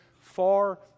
far